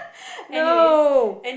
no